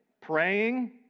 praying